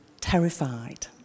terrified